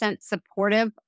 supportive